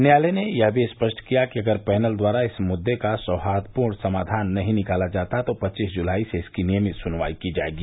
न्यायालय ने यह भी स्पष्ट किया है कि अंगर पैनल द्वारा इस मुददे का सौहार्दपूर्ण समाधान नहीं निकाला जाता तो पच्चीस जुलाई से इसकी नियमित सुनवाई की जायेगी